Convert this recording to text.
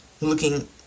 looking